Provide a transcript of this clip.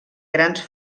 grans